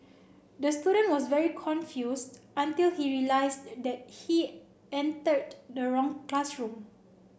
the student was very confused until he realised the he entered the wrong classroom